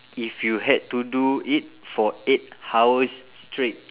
if you had to do it for eight hours straight